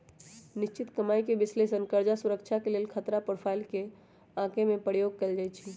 निश्चित कमाइके विश्लेषण कर्जा सुरक्षा के लेल खतरा प्रोफाइल के आके में प्रयोग कएल जाइ छै